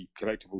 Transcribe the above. collectibles